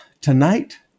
tonight